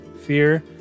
Fear